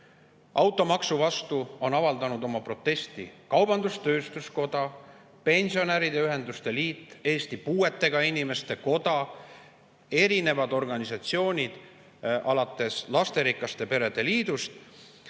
Automaksu vastu on avaldanud oma protesti kaubandus-tööstuskoda, pensionäride ühenduste liit, Eesti Puuetega Inimeste Koda – erinevad organisatsioonid alates lasterikaste perede liidust.